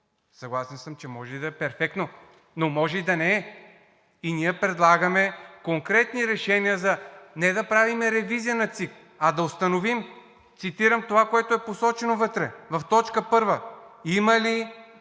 Съгласен съм, че може и да е перфектно, но може и да не е. И ние предлагаме конкретни решения – не да правим ревизия на ЦИК, а да установим, цитирам, това, което е посочено вътре в точка първа: „има ли